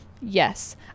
Yes